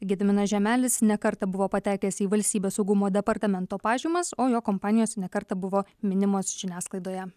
gediminas žiemelis ne kartą buvo patekęs į valstybės saugumo departamento pažymas o jo kompanijos ne kartą buvo minimas žiniasklaidoje